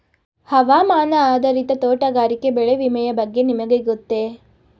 ಹವಾಮಾನ ಆಧಾರಿತ ತೋಟಗಾರಿಕೆ ಬೆಳೆ ವಿಮೆಯ ಬಗ್ಗೆ ನಿಮಗೆ ಗೊತ್ತೇ?